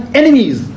enemies